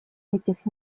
этих